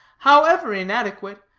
however inadequate,